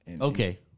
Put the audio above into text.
Okay